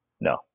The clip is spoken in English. No